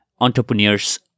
entrepreneur's